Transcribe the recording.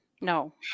No